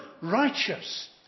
righteous